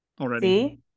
already